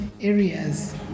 areas